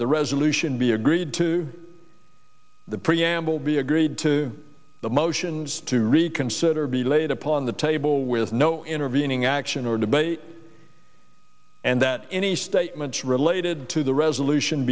the resolution be agreed to the preamble be agreed to the motion to reconsider be laid upon the table with no intervening action or debate and that any statements related to the resolution